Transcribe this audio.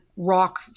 rock